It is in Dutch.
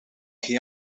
geen